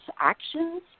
actions